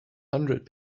hundred